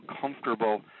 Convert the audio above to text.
comfortable